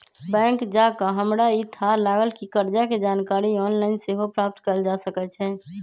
bank जा कऽ हमरा इ थाह लागल कि कर्जा के जानकारी ऑनलाइन सेहो प्राप्त कएल जा सकै छै